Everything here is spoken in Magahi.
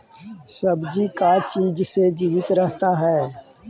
सब्जी का चीज से जीवित रहता है?